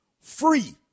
free